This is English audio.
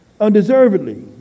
undeservedly